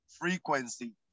frequency